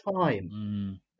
time